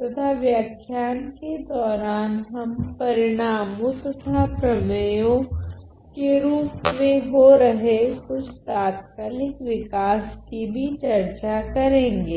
तथा व्याख्यान के दौरान हम परिणामो तथा प्रमेयो के रूप में हो रहे कुछ तात्कालिक विकास कि भी चर्चा करेगे